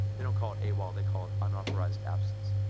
they don't call it awol they call it unauthorised absence